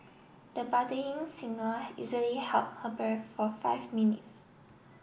the budding singer easily held her breath for five minutes